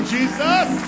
Jesus